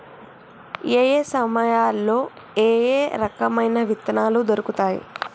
ఏయే సమయాల్లో ఏయే రకమైన విత్తనాలు దొరుకుతాయి?